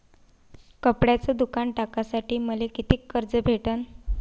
कपड्याचं दुकान टाकासाठी मले कितीक कर्ज भेटन?